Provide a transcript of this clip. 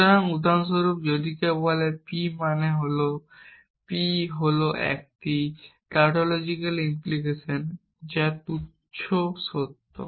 সুতরাং উদাহরণস্বরূপ যদি কেউ বলে p মানে p হল একটি টাউটোলজিক্যাল ইমপ্লিকেশন যা তুচ্ছ সত্য